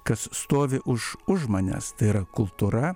kas stovi už už manęs tai yra kultūra